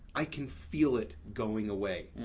i can feel it going away.